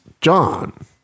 John